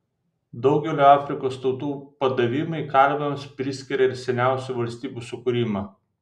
daugelio afrikos tautų padavimai kalviams priskiria ir seniausių valstybių sukūrimą